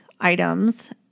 items